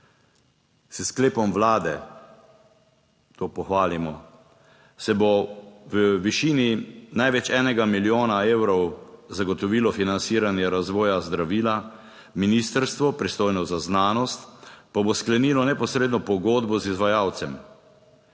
S sklepom Vlade, to pohvalimo, se bo v višini največ enega milijona evrov zagotovilo financiranje razvoja zdravila, ministrstvo, pristojno za znanost, pa bo sklenilo neposredno pogodbo z izvajalcem.